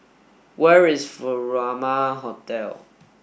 where is Furama Hotel